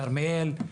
כרמיאל.